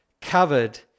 covered